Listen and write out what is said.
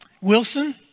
Wilson